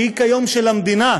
שהיא כיום של המדינה,